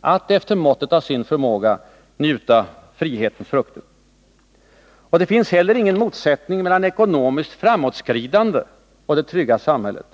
att efter måttet av sin förmåga njuta frihetens frukter. ä Det finns heller ingen motsättning mellan ekonomiskt framåtskridande och det trygga samhället.